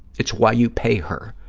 it's why you pay her.